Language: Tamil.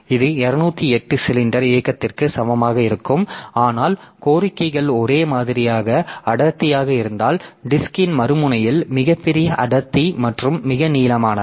இது 208 சிலிண்டர் இயக்கத்திற்கு சமமாக இருக்கும் ஆனால் கோரிக்கைகள் ஒரே மாதிரியாக அடர்த்தியாக இருந்தால் டிஸ்க்ன் மறுமுனையில் மிகப் பெரிய அடர்த்தி மற்றும் மிக நீளமானவை